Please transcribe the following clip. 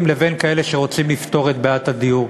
ובין כאלה שרוצים לפתור את בעיית הדיור.